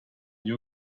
you